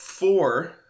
Four